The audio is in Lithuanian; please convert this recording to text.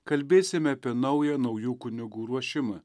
kalbėsime apie naują naujų kunigų ruošimą